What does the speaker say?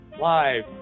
live